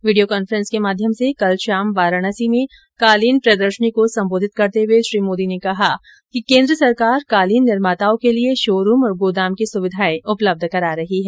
video conference के माध्यम से कल शाम वाराणसी में कार्लीन प्रदर्शनी को संबोधित करते हुए श्री मोदी ने कहा कि केन्द्र सरकार कालीन निर्माताओं के लिये शोरूम और गोदाम की सुविधाएं उपलब्ध करा रही है